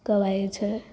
ગવાય છે